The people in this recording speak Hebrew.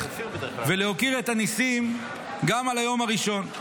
ולהוקיר את הניסים גם על היום הראשון.